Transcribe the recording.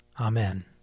Amen